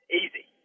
easy